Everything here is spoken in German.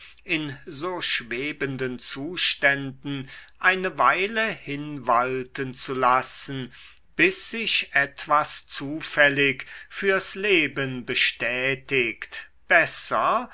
in so schwebenden zuständen eine weile hinwalten zu lassen bis sich etwas zufällig fürs leben bestätigt besser